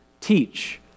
teach